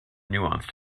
nuanced